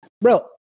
Bro